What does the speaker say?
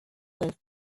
with